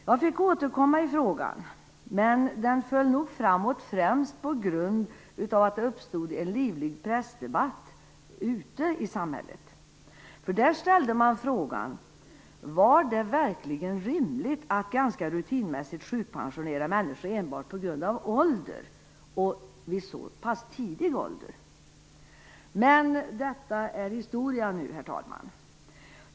Jag fick återkomma i frågan, men den föll nog framåt främst på grund av att det uppstod en livlig pressdebatt ute i samhället. Där ställdes frågan: Var det verkligen rimligt att ganska rutinmässigt sjukpensionera människor enbart på grund av ålder, och vid så pass tidig ålder? Detta är historia nu, herr talman!